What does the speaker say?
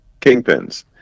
kingpins